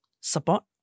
support